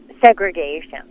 segregation